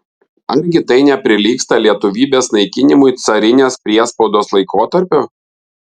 argi tai neprilygsta lietuvybės naikinimui carinės priespaudos laikotarpiu